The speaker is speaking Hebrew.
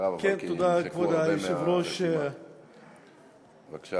כבוד היושב-ראש, תודה,